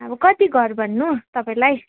अब कति घर भन्नु तपाईँलाई